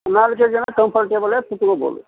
ನಾಲಕ್ಕೇ ಜನ ಕಂಫರ್ಟೇಬಲ್ಲಾಗಿ ಕೂತ್ಕೊಬೌದು